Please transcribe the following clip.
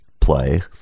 play